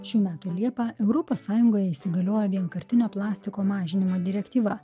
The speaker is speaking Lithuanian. šių metų liepą europos sąjungoje įsigaliojo vienkartinio plastiko mažinimo direktyva